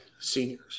seniors